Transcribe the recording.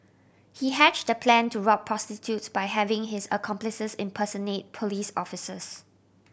he hatched the plan to rob prostitutes by having his accomplices impersonate police officers